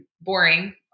boring